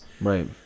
Right